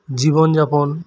ᱡᱤᱵᱚᱱ ᱡᱟᱯᱚᱱ